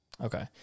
Okay